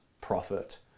profit